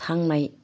थांनाय